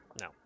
No